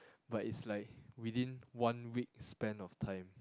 but it's like within one week span of time